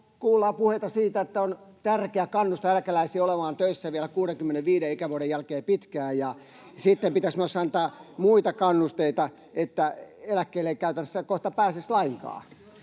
kuullaan puheita siitä, että on tärkeää kannustaa eläkeläisiä olemaan töissä vielä pitkään 65 ikävuoden jälkeen [Maria Guzenina: Jos haluaa tehdä töitä!] ja pitäisi myös antaa muita kannusteita. Eläkkeelle ei käytännössä kohta pääsisi lainkaan.